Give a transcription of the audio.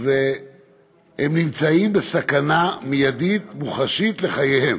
והם נמצאים בסכנה מיידית, מוחשית, לחייהם.